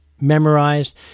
memorized